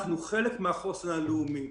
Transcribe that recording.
אנחנו חלק מהחוסן הלאומי,